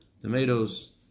tomatoes